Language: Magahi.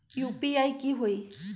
यू.पी.आई की होई?